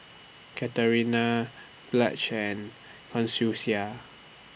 Katharina Blanche and Consuela